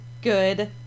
Good